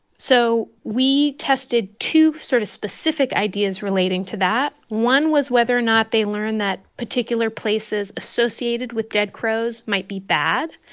so we tested two sort of specific ideas relating to that. one was whether or not they learned that particular places associated with dead crows might be bad.